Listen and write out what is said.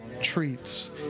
treats